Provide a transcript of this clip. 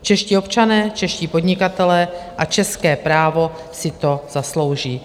Čeští občané, čeští podnikatelé a české právo si to zaslouží.